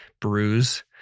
bruise